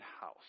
house